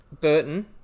Burton